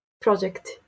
project